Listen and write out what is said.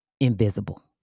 invisible